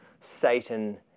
Satan